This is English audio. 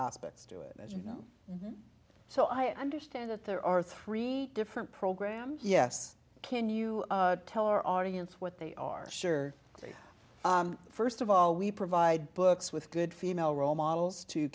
aspects to it as you know so i understand that there are three different programs yes can you tell our audience what they are sure ok first of all we provide books with good female role models to